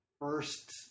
first